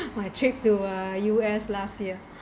my trip to uh U_S last year